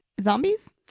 Zombies